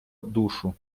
душу